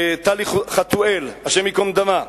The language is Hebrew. בטלי חטואל, השם ייקום דמה,